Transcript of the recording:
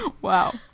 Wow